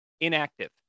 inactive